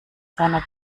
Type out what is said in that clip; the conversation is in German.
seiner